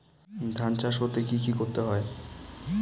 ধান চাষ করতে কি কি করতে হয়?